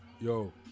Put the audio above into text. Yo